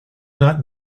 not